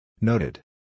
Noted